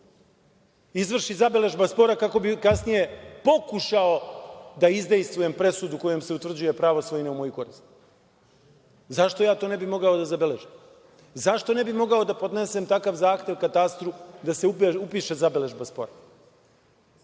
izvrši zabeležba spora, kako bih kasnije pokušao da izdejstvujem presudu kojom se utvrđuje pravo svojine u moju korist. Zašto ja to ne bih mogao da zabeležim? Zašto ne bih mogao da podnesem takav zahtev katastru da se upiše zabeležba spora?